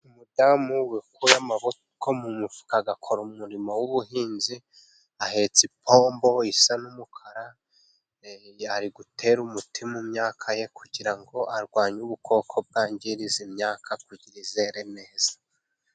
Umudamu wakuye amaboko mu mufuka agakora umurimo w'ubuhinzi, ahetse ipombo isa n'umukara ari gutera umuti mu myaka ye kugira ngo arwanye ubukoko bwangiriza imyaka kugirango izere neza.